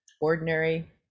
ordinary